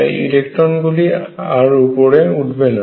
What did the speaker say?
তাই ইলেকট্রনগুলি আর উপরে উঠবে না